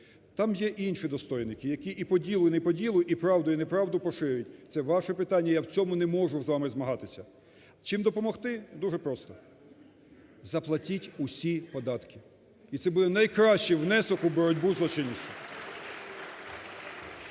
Там є і інші достойники, які і по ділу, і не по ділу, і правду, і неправду поширюють. Це ваше питання, я в цьому не можу з вами змагатися. Чим допомогти? Дуже просто. Заплатіть усі податки. І це буде найкращий внесок у боротьбу з злочинністю.